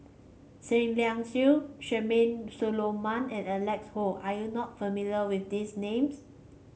Seah Liang Seah Charmaine Solomon and Alec Kuok are you not familiar with these names